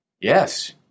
yes